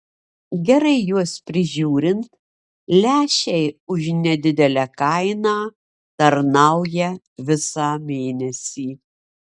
gerai juos prižiūrint lęšiai už nedidelę kainą tarnauja visą mėnesį